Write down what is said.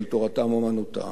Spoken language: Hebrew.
של תורתם אומנותם,